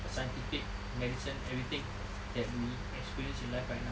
scientific medicine everything that we experience in life right now